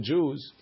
Jews